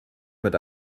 mit